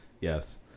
Yes